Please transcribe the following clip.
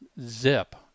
Zip